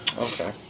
Okay